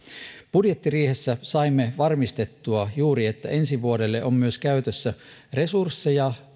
budjettiriihessä saimme varmistettua juuri että ensi vuodelle on käytössä myös resursseja